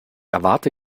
erwarte